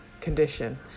condition